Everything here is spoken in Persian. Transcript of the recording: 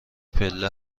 پله